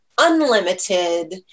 unlimited